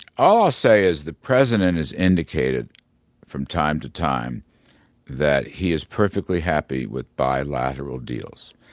all i'll say is the president has indicated from time to time that he is perfectly happy with bilateral deals.